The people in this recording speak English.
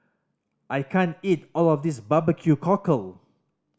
I can't eat all of this barbecue cockle